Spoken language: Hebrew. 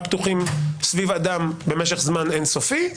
פתוחים סביב אדם במשך זמן אינסופי.